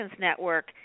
network